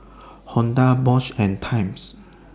Honda Bosch and Times